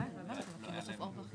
בוקר טוב.